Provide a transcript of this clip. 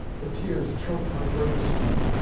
the tears choked my further speech.